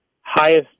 highest